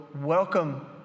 welcome